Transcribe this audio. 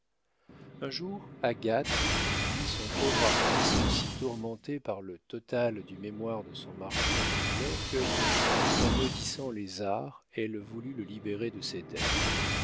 un jour agathe vit son pauvre artiste si tourmenté par le total du mémoire de son marchand de couleurs que tout en maudissant les arts elle voulut le libérer de ses dettes